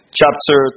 chapter